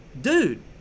dude